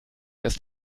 ist